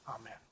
Amen